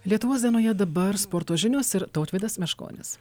lietuvos dienoje dabar sporto žinios ir tautvydas meškonis